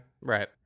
right